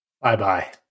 bye-bye